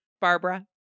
Barbara